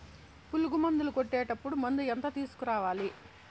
పులుగు మందులు కొట్టేటప్పుడు మందు ఎంత తీసుకురావాలి?